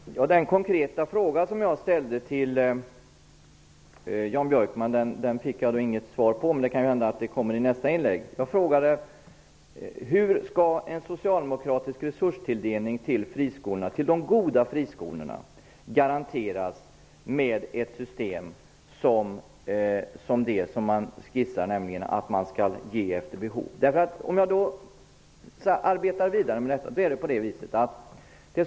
Herr talman! Den konkreta fråga som jag ställde till Jan Björkman fick jag inget svar på. Det kan hända att svaret kommer i nästa inlägg. Jag fråga: Hur skall en socialdemokratisk resurstilldelning till de goda friskolorna garanteras med det system som skisseras och som innebär att man delar ut efter behov?